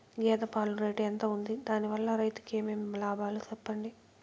గేదె పాలు రేటు ఎంత వుంది? దాని వల్ల రైతుకు ఏమేం లాభాలు సెప్పండి?